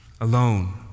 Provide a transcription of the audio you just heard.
alone